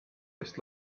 eest